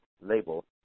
label